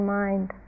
mind